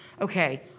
okay